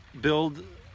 build